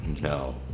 no